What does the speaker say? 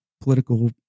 political